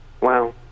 Wow